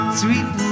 sweet